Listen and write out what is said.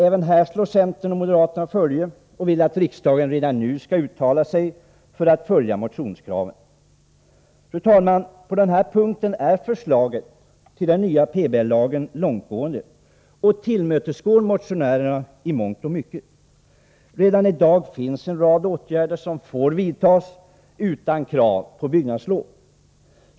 Även här slår centern och moderaterna följe och vill att riksdagen redan nu skall uttala sig för att följa motionskraven. Fru talman! På den här punkten är förslaget till den nya planoch bygglagen långtgående och tillmötesgår motionärerna i mångt och mycket. Redan i dag får en rad åtgärder vidtas utan krav på byggnadslov.